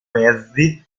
mezzi